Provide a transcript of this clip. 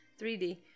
3D